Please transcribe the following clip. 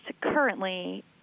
currently